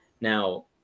Now